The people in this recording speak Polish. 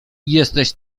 jesteś